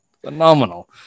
phenomenal